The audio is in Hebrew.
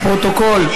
לפרוטוקול,